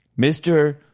Mr